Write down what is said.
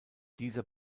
dieser